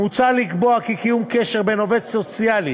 מוצע לקבוע כי קיום קשר בין עובד סוציאלי